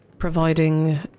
providing